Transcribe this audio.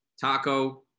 Taco